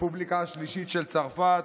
הרפובליקה השלישית של צרפת,